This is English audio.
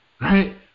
Right